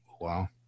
Wow